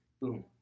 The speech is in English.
boom